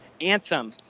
anthem